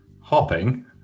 hopping